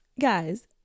Guys